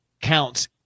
counts